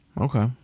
Okay